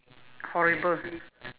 horrible